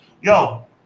Yo